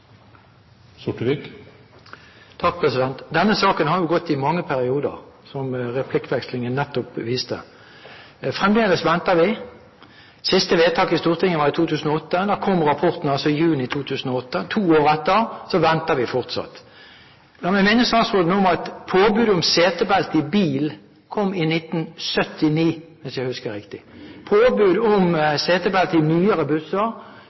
replikkvekslingen nettopp viste. Fremdeles venter vi. Siste vedtak i Stortinget var i 2008. Da kom rapporten i juni 2008. To år etter venter vi fortsatt. La meg minne statsråden om at påbud om setebelte i bil kom i 1979, hvis jeg husker riktig. Påbud om setebelte i nyere busser